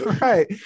right